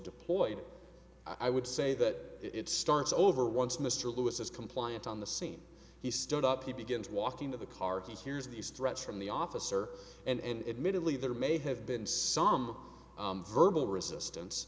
deployed i would say that it starts over once mr lewis is compliant on the scene he stood up he begins walking to the car he hears these threats from the officer and admittedly there may have been some verbal resistance